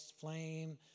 Flame